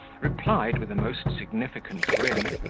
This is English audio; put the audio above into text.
replied, with a most significant grin,